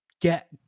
get